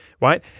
right